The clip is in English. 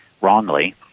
wrongly